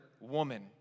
woman